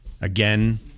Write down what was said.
again